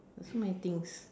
there's so many things